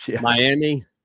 Miami